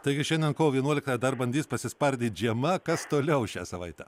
taigi šiandien kovo vienuoliktą dar bandys pasispardyti žiema kas toliau šią savaitę